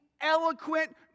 eloquent